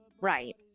right